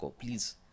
Please